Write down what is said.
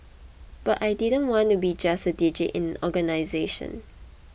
but I didn't want to be just a digit in organisation